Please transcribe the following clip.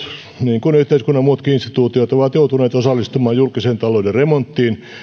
niin kuin yhteiskunnan muutkin instituutiot ovat joutuneet osallistumaan julkisen talouden remonttiin